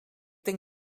denk